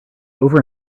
over